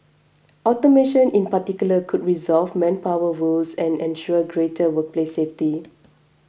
automation in particular could resolve manpower woes and ensure greater workplace safety